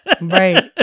Right